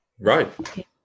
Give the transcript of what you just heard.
Right